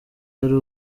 ari